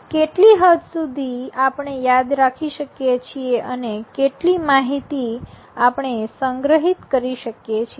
કેટલી હદ સુધી આપણે યાદ રાખી શકીએ છીએ અને કેટલી માહિતી આપણે સંગ્રહિત કરી શકીએ છીએ